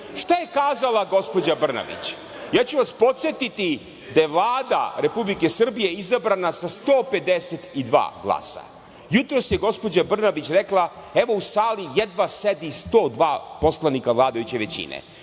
Šta je kazala gospođa Brnabić? Ja ću vas podsetiti da je Vlada Republike Srbije izabrana sa 152 glasa, a jutros je gospođa Brnabić rekla, evo u sali jedva sedi 102 poslanika vladajuće većine,